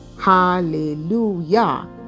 Hallelujah